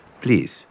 please